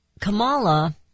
Kamala